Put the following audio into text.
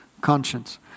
conscience